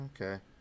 okay